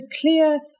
clear